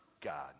God